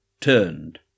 turned